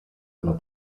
dla